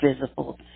visible